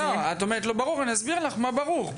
את אומרת לא ברור ואני אסביר לך מה ברור.